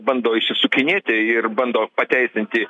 bando išsisukinėti ir bando pateisinti